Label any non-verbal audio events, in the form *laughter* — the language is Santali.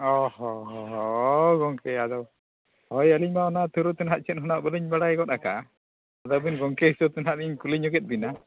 ᱦᱮᱸ ᱦᱮᱸ ᱦᱮᱸ *unintelligible* ᱜᱚᱢᱠᱮ ᱟᱫᱚ ᱦᱳᱭ ᱟᱹᱞᱤᱧ ᱢᱟ ᱚᱱᱟ *unintelligible* ᱛᱮ ᱦᱟᱸᱜ ᱪᱮᱫ ᱦᱚᱸ ᱦᱟᱸᱜ ᱵᱟᱹᱞᱤᱧ ᱵᱟᱲᱟᱭ ᱜᱚᱫ ᱠᱟᱜᱼᱟ ᱟᱹᱵᱤᱱ ᱜᱚᱢᱠᱮ ᱦᱤᱥᱟᱹᱵ ᱛᱮ ᱦᱟᱸᱜ ᱞᱤᱧ ᱠᱩᱞᱤ ᱧᱚᱜᱮᱜ ᱵᱮᱱᱟ